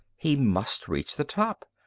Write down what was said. he must reach the top.